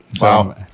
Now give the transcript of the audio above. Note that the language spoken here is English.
Wow